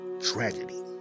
tragedy